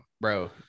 bro